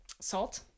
salt